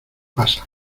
pasan